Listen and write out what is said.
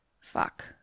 fuck